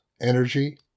Energy